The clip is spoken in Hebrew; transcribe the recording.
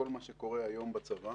קורה היום בצבא.